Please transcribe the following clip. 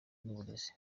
n’uburezi